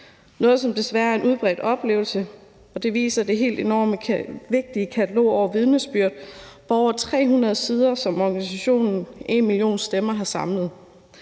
noget, som desværre er en udbredt oplevelse, og det viser det helt enormt vigtige katalog over vidnesbyrd på over 300 sider, som organisationen #enmillionstemmer har samlet.